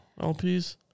LPs